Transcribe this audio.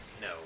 No